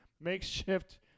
makeshift